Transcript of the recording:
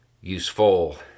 useful